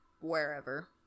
wherever